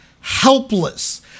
helpless